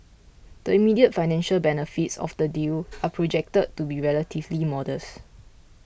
the immediate financial benefits of the deal are projected to be relatively modest